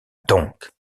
donc